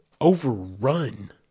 overrun